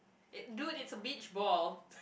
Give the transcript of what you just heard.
it dude it's a beach ball